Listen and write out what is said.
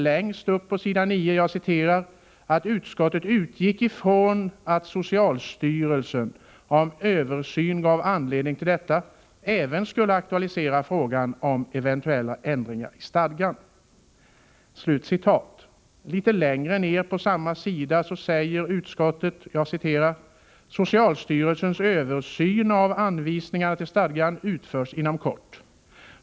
Längst upp på sidan säger utskottet: ”Utskottet utgick från att socialstyrelsen, om översynen gav anledning till det, även skulle aktualisera frågan om eventuella ändringar i stadgan.” Litet längre ned på sidan skriver utskottet: ”Socialstyrelsens översyn av anvisningarna till stadgan slutförs inom kort.